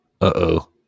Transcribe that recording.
uh-oh